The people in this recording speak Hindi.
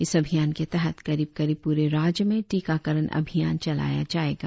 इस अभियान के तहत करीब करीब पूरे राज्य में टीकाकरण अभियान चलाया जाएगा